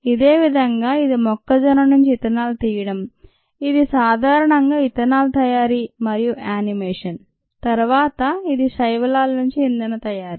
ఇదేవిధంగా ఇది మొక్కజొన్న నుంచి ఇథనాల్ తీయటం ఇది సాధారణంగా ఇథనాల్ తయారీ మరియు యానిమేషన్ తరువాత ఇది శైవలాల నుండి ఇంధన తయారీ